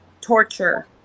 torture